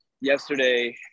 Yesterday